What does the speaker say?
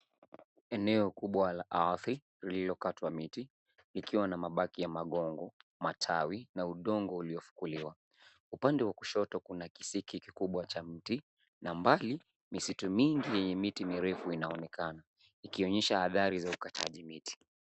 Eneo kubwa la ardhi lililokatwa miti, likiwa na mabaki ya magongo, matawi na undongo uliofukiliwa. Upande wa kushoto kuna kisiki kikubwa cha mti, na mbali misitu mingi yenye miti mirefu inaonekana ikionyesha hadhari za ukakataji miti.